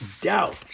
doubt